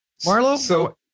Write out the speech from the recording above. Marlo